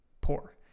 poor